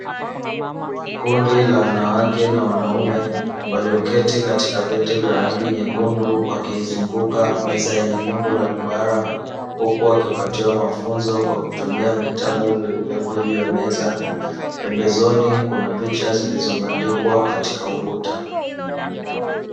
Kundi la wanawake na wanaume, walioketi katika viti vyekundu wakiizunguka meza yenye umbo la duara; huku wakipatiwa mafunzo kwa kutumia vitabu vilivyopo juu ya meza, pembezoni kuna picha zilizobandikwa katika ukuta.